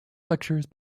lectures